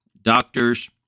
Doctors